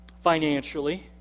financially